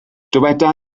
dyweda